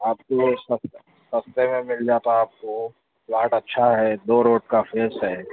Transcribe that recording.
آپ کو سستے میں مل جاتا آپ کو پلاٹ اچھا ہے دو روڈ کا فیش ہے